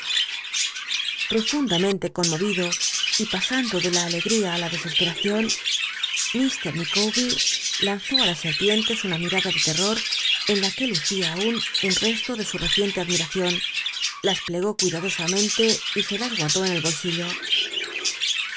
profundamente conmovido y pa amlo ele la alegría i la desesperacion m micawbcr lanzó la serpientes una miad de ten or en la que lucía aun un t esto de su reciente admiracion las plegó cuidadosamente y se las gu li'clú en el bolsillo